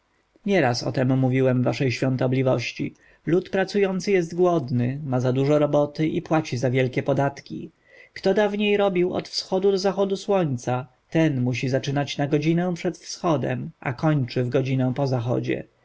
o tem mówiłem waszej świątobliwości lud pracujący jest głodny ma za dużo roboty i płaci za wielkie podatki kto dawniej robił od wschodu do zachodu słońca dziś musi zaczynać na godzinę przed wschodem a kończyć w godzinę po zachodzie